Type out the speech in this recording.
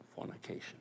fornication